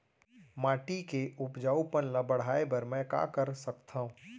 माटी के उपजाऊपन ल बढ़ाय बर मैं का कर सकथव?